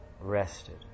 rested